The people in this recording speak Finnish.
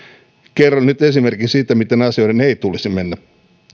kerron nyt esimerkin siitä miten asioiden ei tulisi mennä